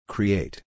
Create